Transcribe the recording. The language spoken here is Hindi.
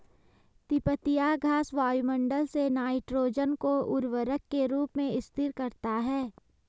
तिपतिया घास वायुमंडल से नाइट्रोजन को उर्वरक के रूप में स्थिर करता है